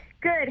Good